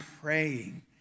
praying